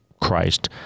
Christ